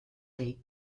league